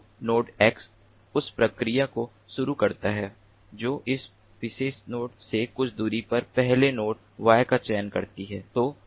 तो node x उस प्रक्रिया को शुरू करता है जो इस विशेष नोड से कुछ दूरी पर पहले नोड Y का चयन करती है